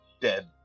dead